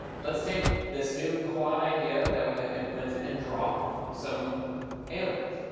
let's take this new quad idea that we have implemented and draw some aliens.